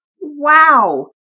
Wow